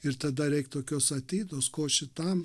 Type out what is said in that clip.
ir tada reik tokios atidos ko šitam